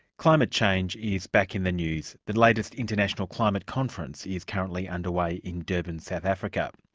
climate change is back in the news. the latest international climate conference is currently underway in durban, south africa.